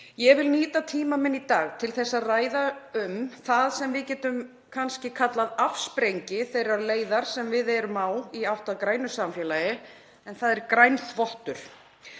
Ég vil nýta tíma minn í dag til að ræða um það sem við getum kannski kallað afsprengi þeirrar leiðar sem við erum á í átt að grænu samfélagi en það er grænþvottur.